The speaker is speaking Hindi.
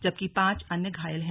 जबकि पांच अन्य घायल हैं